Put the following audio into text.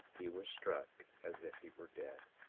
he was struck as if he were dead.